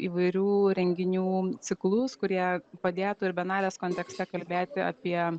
įvairių renginių ciklus kurie padėtų ir bienalės kontekste kalbėti apie